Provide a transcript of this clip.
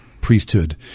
priesthood